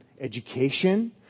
education